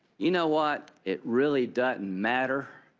you know what? it really doesn't matter